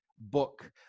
book